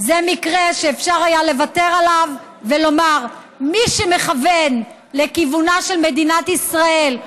זה מקרה שאפשר היה לוותר עליו ולומר: מי שמכוון לכיוונה של מדינת ישראל,